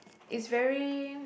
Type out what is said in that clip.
it's very